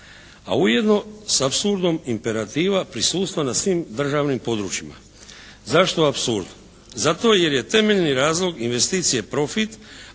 A ujedno s apsurdom imperativa prisustva na svim državnim područjima. Zašto apsurd? Zato jer je temeljni razlog investicije profit,